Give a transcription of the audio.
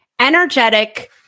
energetic